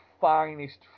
finest